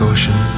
Ocean